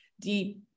deep